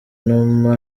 numa